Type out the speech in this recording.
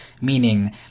Meaning